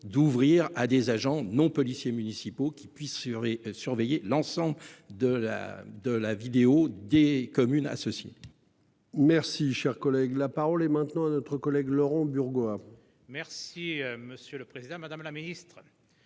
d'ouvrir à des agents non policiers municipaux qui puisse surveiller, surveiller l'ensemble de la, de la vidéo des communes associées. Merci, cher collègue, la parole est maintenant à notre collègue Laurent Burgat. Merci, monsieur le Président Madame la Ministre.